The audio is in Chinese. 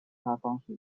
方式